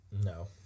No